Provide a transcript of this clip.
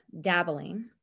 dabbling